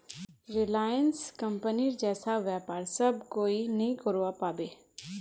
Reliance कंपनीर जैसा व्यापार सब कोई नइ करवा पाबे